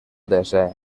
desè